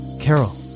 Carol